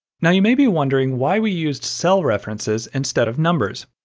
now you may be wondering why we used cell references instead of numbers.